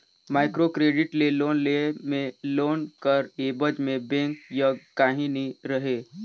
micro credit ले loan लेय में लोन कर एबज में बेंक जग काहीं नी रहें